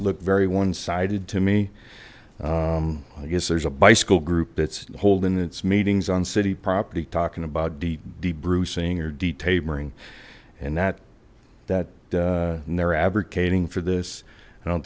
looked very one sided to me i guess there's a bicycle group that's holding its meetings on city property talking about deep deep bruising or detailing and that that they're advocating for this i don't